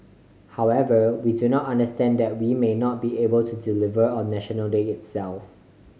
however we do not understand that we may not be able to deliver on National Day itself